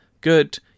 good